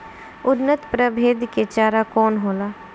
उन्नत प्रभेद के चारा कौन होला?